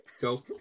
go